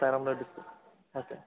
Perambalur district okay